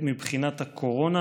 מבחינת הקורונה: